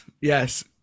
yes